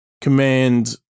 command